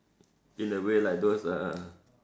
in a way like those uh